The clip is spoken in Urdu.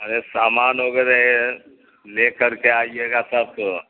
ارے سامان وگیرہ یہ لے کر کے آئیے گا تب تو